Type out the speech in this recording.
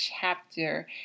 chapter